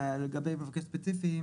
אלא לגבי מבקש ספציפי.